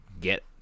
get